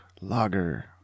lager